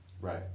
Right